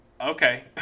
okay